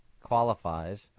qualifies